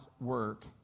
work